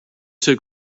took